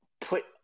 put